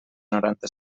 noranta